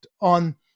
on